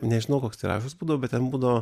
nežinau koks tiražas būdavo bet ten būdavo